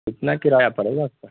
کتنا کرایہ پڑے گا اس کا